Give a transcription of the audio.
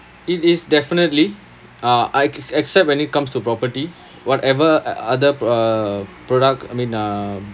it is definitely uh I exce~ except when it comes to property whatever o~ other uh product I mean um